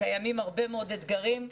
וקיימים הרבה מאוד אתגרים.